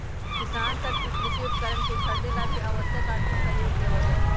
किसान सब के कृषि उपकरणवन के खरीदे ला भी आवश्यक आर्थिक सहयोग देवल जाहई